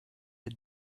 had